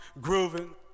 grooving